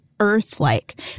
Earth-like